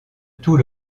tout